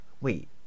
wait